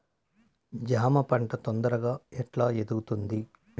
జామ పంట తొందరగా ఎట్లా ఎదుగుతుంది?